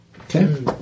Okay